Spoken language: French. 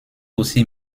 aussi